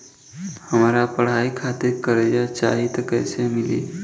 हमरा पढ़ाई खातिर कर्जा चाही त कैसे मिली?